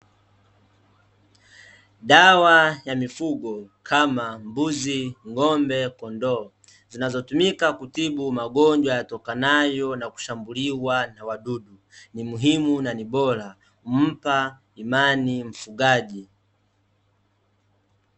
Dawa ya mifugo kama mbuzi, ng'ombe, kondoo; zinazotumika kutibu magonjwa yatokanayo na kushambuliwa na wadudu. Ni muhimu na ni bora, humpa imani mfugaji.